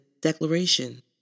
Declaration